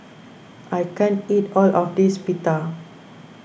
I can't eat all of this Pita